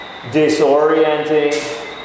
disorienting